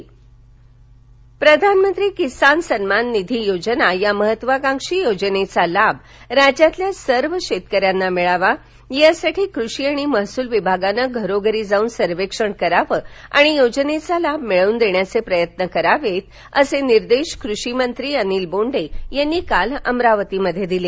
कषी सन्मान योजनाबोंडे अमरावती प्रधानमंत्री किसान सन्मान निधी योजना या महत्वाकांक्षी योजनेचा लाभ राज्यातल्या सर्व शेतकऱ्यांना मिळावा यासाठी कृषी आणि महसुल विभागानं घरोघरी जाऊन सर्वेक्षण करावं आणि योजनेचा लाभ मिळवून देण्यासाठी प्रयत्न करावे असे निर्देश कृषीमंत्री अनिल बोंडे यांनी काल अमरावतीमध्ये दिले